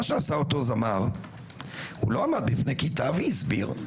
מה שעשה אותו זמר הוא לא עמד בפני כיתה והסביר,